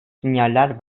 sinyaller